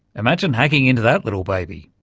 imagine hacking into that little baby!